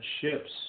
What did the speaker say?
ships